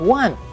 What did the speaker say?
one 。